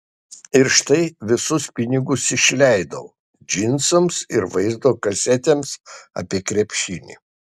ir štai visus pinigus išleidau džinsams ir vaizdo kasetėms apie krepšinį